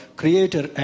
creator